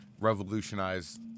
revolutionize